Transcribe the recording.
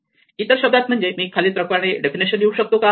इतर शब्दात म्हणजे मी खालील प्रकारे डेफिनेशन लिहू शकतो का